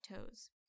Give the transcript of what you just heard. toes